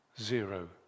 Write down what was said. Zero